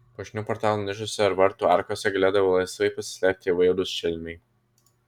puošnių portalų nišose ir vartų arkose galėdavo laisvai pasislėpti įvairūs šelmiai